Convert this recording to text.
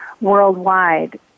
worldwide